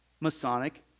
Masonic